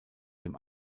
dem